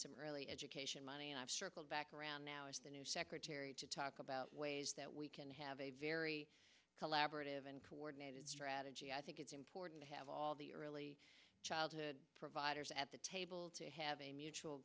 some early education money and i've circled back around now as the new secretary to talk about ways that we can have a very collaborative and coordinated strategy i think it's important to have all the early childhood providers at the table to have a mutual